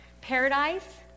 Paradise